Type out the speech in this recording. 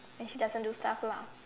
and she doesn't do stuff lah